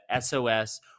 SOS